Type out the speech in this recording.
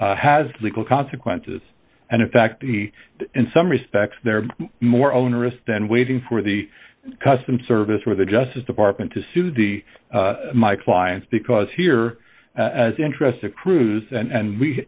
has legal consequences and in fact the in some respects they're more onerous than waiting for the customs service where the justice department to sue the my clients because here as interest accrues and